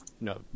no